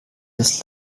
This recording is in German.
des